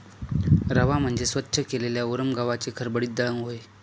रवा म्हणजे स्वच्छ केलेल्या उरम गव्हाचे खडबडीत दळण होय